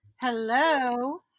Hello